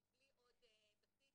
--- בלי עוד בסיס?